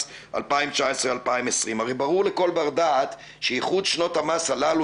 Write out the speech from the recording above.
2020-2019. הרי ברור לכל בר דעת שאיחוד שנות המס הללו